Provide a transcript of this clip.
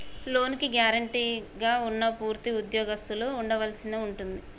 లోనుకి గ్యారెంటీగా ఉన్నా పూర్తి ఉద్యోగస్తులుగా ఉండవలసి ఉంటుంది